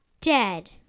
dead